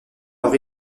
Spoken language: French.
leur